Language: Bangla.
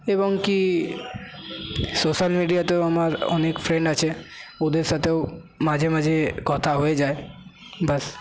এবং কি সোশ্যাল মিডিয়াতেও আমার অনেক ফ্রেন্ড আছে ওদের সাথেও মাঝে মাঝে কথা হয়ে যায় ব্যাস